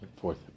fourth